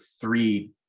three